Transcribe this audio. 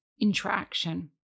interaction